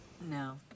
no